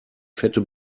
fette